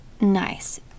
Nice